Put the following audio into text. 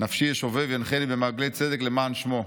נפשי ישובב, ינחני במעגלי צדק, למען שמו.